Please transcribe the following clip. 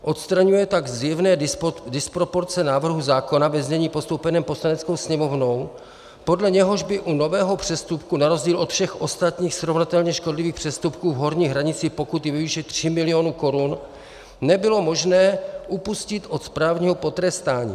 Odstraňuje tak zjevné disproporce návrhu zákona ve znění postoupeném Poslaneckou sněmovnou, podle něhož by u nového přestupku na rozdíl od všech ostatních srovnatelně škodlivých přestupků v horní hranici pokuty ve výši 3 milionů korun nebylo možné upustit od správního potrestání.